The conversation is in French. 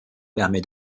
permet